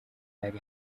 hari